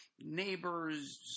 Neighbors